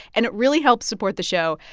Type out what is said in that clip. and it really helps support the show.